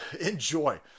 Enjoy